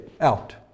out